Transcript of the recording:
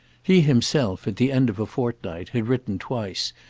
he himself, at the end of a fortnight, had written twice,